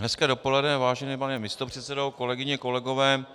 Hezké dopoledne, vážený pane místopředsedo, kolegyně, kolegové.